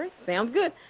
sounds good.